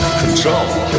control